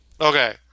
Okay